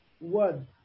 word